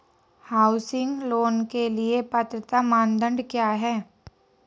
Housing loan के लिए पात्रता मानदंड क्या हैं?